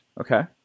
Okay